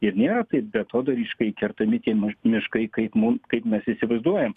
ir nėra taip beatodairiškai kertami tie miškai kaip mum kaip mes įsivaizduojam